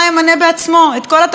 האמת שגם זה לא מצליח לו.